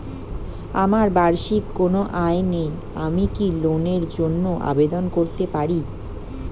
আমার বার্ষিক কোন আয় নেই আমি কি লোনের জন্য আবেদন করতে পারি?